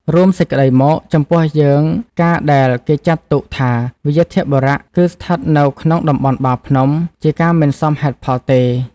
រួមសេចក្តីមក ចំពោះយើង ការដែលគេចាត់ទុកថា វ្យាធបុរៈគឺស្ថិតនៅក្នុង តំបន់ បាភ្នំ ជាការមិនសមហេតុផលទេ។